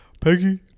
Peggy